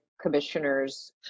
commissioners